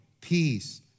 peace